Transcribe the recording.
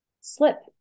slip